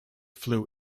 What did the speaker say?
flew